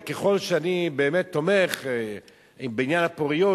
וככל שאני באמת תומך בעניין הפוריות,